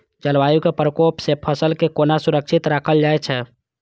जलवायु के प्रकोप से फसल के केना सुरक्षित राखल जाय छै?